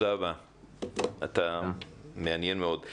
אתה מעניין מאוד.